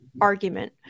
argument